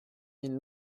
mille